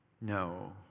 No